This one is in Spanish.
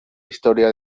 historia